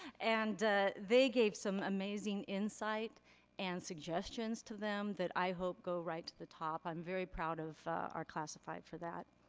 and they gave some amazing insight and suggestions to them that i hope go right to the top. i'm very proud of our classified for that.